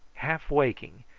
half waking,